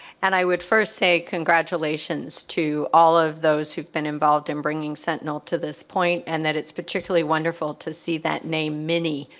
and i would first say congratulations to all of those who've been involved in bringing sentinel to this point and that it's particularly wonderful to see that name mini,